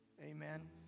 Amen